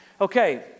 Okay